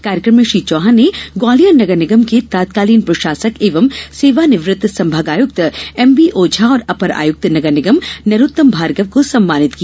कार्यक्रम में श्री चौहान ने ग्वालियर नगर निगम के तत्कालीन प्रशासक एवं सेवानिवृत्त संभागायुक्त एम बी ओझा और अपर आयुक्त नगर निगम नरोत्तम भार्गव को सम्मानित किया